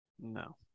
No